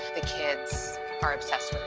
the kids are obsessed